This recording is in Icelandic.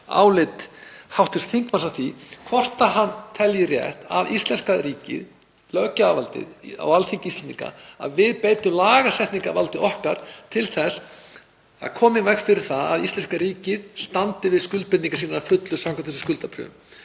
álit hv. þingmanns á því hvort hann telji rétt að íslenska ríkið, löggjafarvaldið á Alþingi Íslendinga, að við beitum lagasetningarvaldi okkar til þess að koma í veg fyrir að íslenska ríkið standi við skuldbindingar sínar að fullu samkvæmt þessum skuldabréfum.